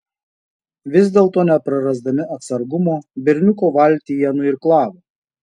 vis dėlto neprarasdami atsargumo berniuko valtį jie nuirklavo